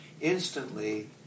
instantly